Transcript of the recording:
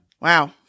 wow